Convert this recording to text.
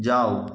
जाउ